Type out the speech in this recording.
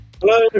Hello